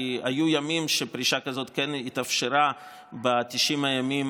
כי היו ימים שפרישה שכזאת כן התאפשרה ב-90 הימים